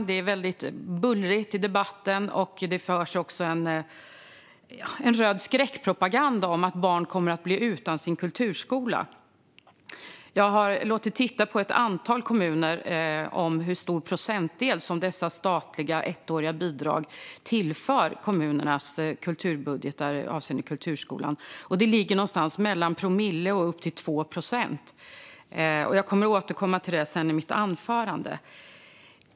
Det är väldigt bullrigt i debatten, och det förs en röd skräckpropaganda om att barn kommer att bli utan sin kulturskola. Jag har låtit titta på ett antal kommuner och hur stor procentandel som dessa statliga ettåriga bidrag tillför kommunernas kulturbudgetar avseende kulturskolan, och det ligger någonstans mellan någon promille och upp till 2 procent. Jag kommer att återkomma till detta i mitt anförande.